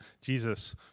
Jesus